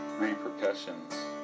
repercussions